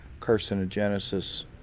carcinogenesis